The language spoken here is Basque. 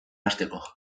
hasteko